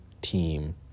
team